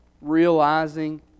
realizing